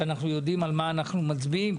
שנדע על מה אנחנו מצביעים,